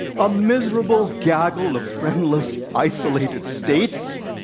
a miserable gaggle of friendless, isolated states.